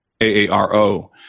AARO